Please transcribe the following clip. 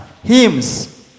hymns